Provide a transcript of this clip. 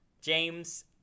James